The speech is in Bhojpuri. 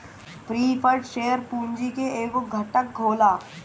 प्रिफर्ड शेयर पूंजी के एगो घटक होला